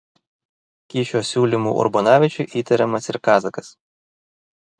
kyšio siūlymu urbonavičiui įtariamas ir kazakas